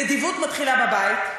נדיבות מתחילה בבית.